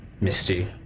Misty